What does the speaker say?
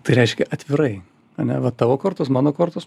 tai reiškia atvirai ane va tavo kortos mano kortos